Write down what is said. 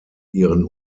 ihren